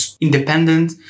independent